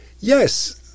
Yes